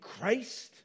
Christ